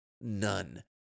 None